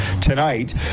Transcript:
tonight